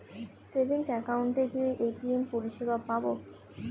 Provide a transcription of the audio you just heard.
Savings একাউন্টে কি ATM পরিসেবা পাব?